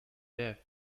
death